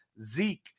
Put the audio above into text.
Zeke